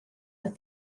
that